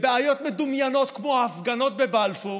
עוסקים בבעיות מדומיינות כמו ההפגנות בבלפור,